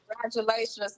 Congratulations